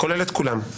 כולל את כולם.